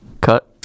Cut